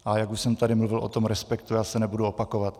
A jak už jsem tady mluvil o tom respektu já se nebudu opakovat.